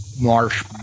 marsh